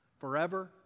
forever